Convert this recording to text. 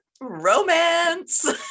Romance